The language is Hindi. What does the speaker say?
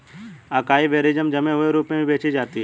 अकाई बेरीज जमे हुए रूप में भी बेची जाती हैं